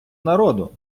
народу